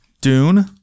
Dune